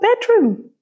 bedroom